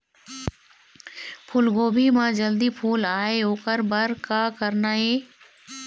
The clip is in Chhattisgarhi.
फूलगोभी म जल्दी फूल आय ओकर बर का करना ये?